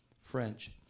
french